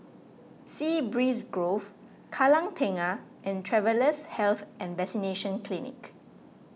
Sea Breeze Grove Kallang Tengah and Travellers' Health and Vaccination Clinic